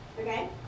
Okay